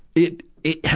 it, it hel,